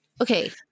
okay